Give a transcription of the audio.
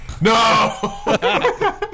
No